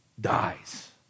dies